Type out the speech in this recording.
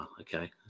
Okay